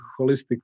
holistic